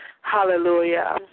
Hallelujah